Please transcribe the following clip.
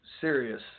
serious